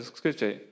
scripture